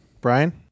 Brian